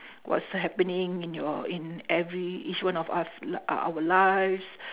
what's happening in your in every each one of of o~ our lives